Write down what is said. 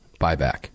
buyback